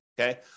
okay